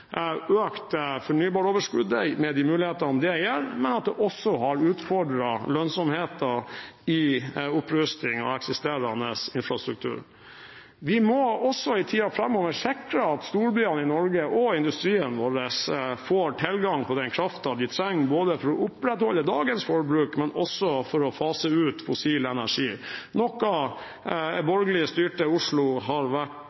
Fornybaroverskuddet er økt, med de mulighetene det gir, men det har også utfordret lønnsomheten i opprusting av eksisterende infrastruktur. Vi må også i tiden framover sikre at storbyene i Norge og industrien vår får tilgang på den kraften de trenger, både for å opprettholde dagens forbruk og for å fase ut fossil energi, noe